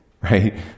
right